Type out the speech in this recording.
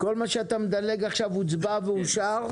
כל מה שאתה מדלג עליו עכשיו הוצבע ואושר.